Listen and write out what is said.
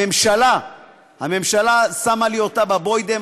הממשלה שמה לי אותה בבוידעם,